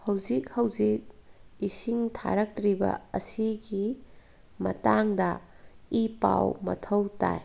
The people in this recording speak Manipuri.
ꯍꯧꯖꯤꯛ ꯍꯧꯖꯤꯛ ꯏꯁꯤꯡ ꯊꯥꯔꯛꯇ꯭ꯔꯤꯕ ꯑꯁꯤꯒꯤ ꯃꯇꯥꯡꯗ ꯏ ꯄꯥꯎ ꯃꯊꯧ ꯇꯥꯏ